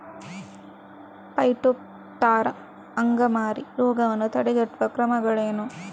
Phytophthora ಅಂಗಮಾರಿ ರೋಗವನ್ನು ತಡೆಗಟ್ಟುವ ಕ್ರಮಗಳೇನು?